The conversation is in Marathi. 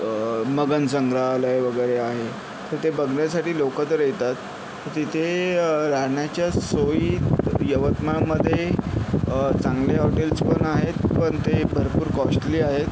मगन संग्रहालय वगैरे आहे तर ते बघण्यासाठी लोकं तर येतात तिथे राहण्याच्या सोयी यवतमाळमध्ये चांगले हॉटेल्स पण आहेत पण ते भरपूर कॉस्टली आहेत